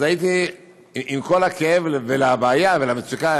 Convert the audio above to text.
אז עם כל הכאב לבעיה ולמצוקה,